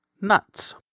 nuts